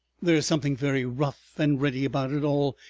there is something very rough and ready about it all,